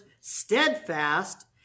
steadfast